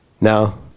Now